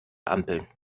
ampeln